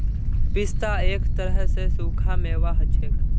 पिस्ता एक तरह स सूखा मेवा हछेक